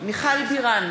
מיכל בירן,